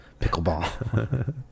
pickleball